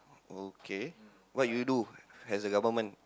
okay what you do as a government